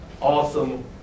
awesome